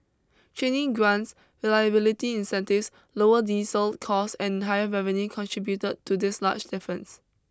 training grants reliability incentives lower diesel costs and higher revenue contributed to this large difference